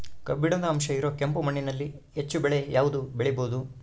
ಕಬ್ಬಿಣದ ಅಂಶ ಇರೋ ಕೆಂಪು ಮಣ್ಣಿನಲ್ಲಿ ಹೆಚ್ಚು ಬೆಳೆ ಯಾವುದು ಬೆಳಿಬೋದು?